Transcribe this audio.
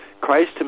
Christ